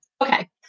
Okay